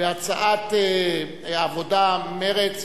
והצעת העבודה מרצ,